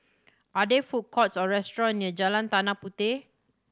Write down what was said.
are there food courts or restaurant near Jalan Tanah Puteh